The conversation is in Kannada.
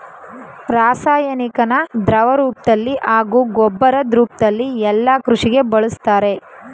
ರಾಸಾಯನಿಕನ ದ್ರವರೂಪ್ದಲ್ಲಿ ಹಾಗೂ ಗೊಬ್ಬರದ್ ರೂಪ್ದಲ್ಲಿ ಯಲ್ಲಾ ಕೃಷಿಗೆ ಬಳುಸ್ತಾರೆ